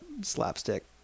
slapstick